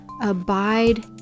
abide